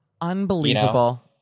Unbelievable